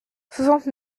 soixante